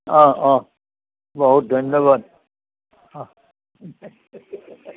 অঁ অঁ বহুত ধন্যবাদ অহ